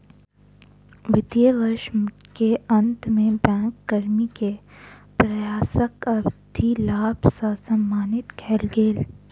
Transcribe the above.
वित्तीय वर्ष के अंत में बैंक कर्मी के प्रयासक अधिलाभ सॅ सम्मानित कएल गेल